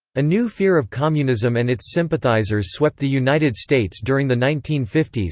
a new fear of communism and its sympathizers swept the united states during the nineteen fifty s,